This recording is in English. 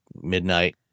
midnight